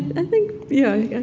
i think yeah,